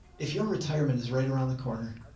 if your retirement is right around the corner,